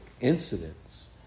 incidents